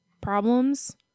problems